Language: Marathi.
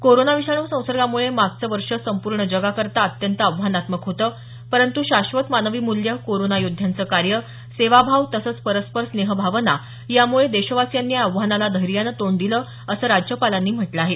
कोरोना विषाणू संसर्गामुळे मागचं वर्ष संपूर्ण जगाकरता अत्यंत आव्हानात्मक होतं परंतू शाश्वत मानवी मूल्य कोरोना योद्ध्यांचं कार्य सेवाभाव तसंच परस्पर स्नेहभावना यामुळे देशवासियांनी या आव्हानाला धैर्यानं तोंड दिलं असं राज्यपालांनी म्हटलं आहे